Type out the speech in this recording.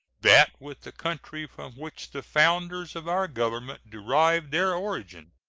that with the country from which the founders of our government derived their origin.